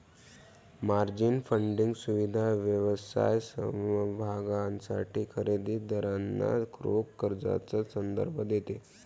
margin funding सुविधा व्यवसाय समभागांसाठी खरेदी दारांना रोख कर्जाचा संदर्भ देते